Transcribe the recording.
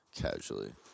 Casually